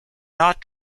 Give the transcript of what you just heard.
not